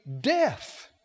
death